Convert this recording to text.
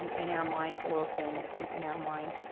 um in our mind or fantasies in our mind.